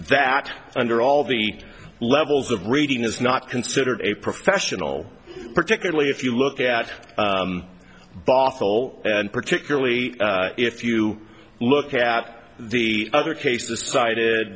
that under all the levels of reading is not considered a professional particularly if you look at bothell and particularly if you look at the other case the cited